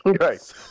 right